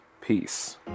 Peace